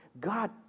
God